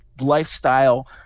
lifestyle –